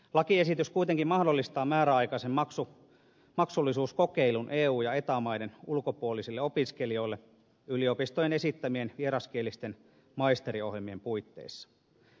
lakiesitys kuitenkin mahdollistaa määräaikaisen maksullisuuskokeilun eu ja eta maiden ulkopuolisille opiskelijoille yliopistojen esittämien vieraskielisten maisteriohjelmien puitteissa